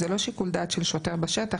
זה לא שיקול דעת של שוטר בשטח,